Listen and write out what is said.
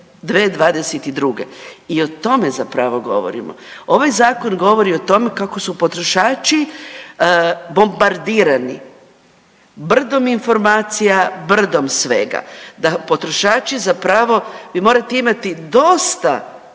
I o tome zapravo govorimo. Ovaj zakon govori o tome kako su potrošači bombardirani brdom informacija, brdom svega, da potrošači za pravo, vi morate imati dosta nekakvo